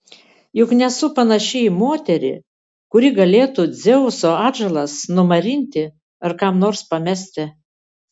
juk nesu panaši į moterį kuri galėtų dzeuso atžalas numarinti ar kam nors pamesti